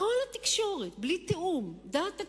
כל התקשורת, בלי תיאום, דעת הקהל,